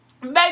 Baby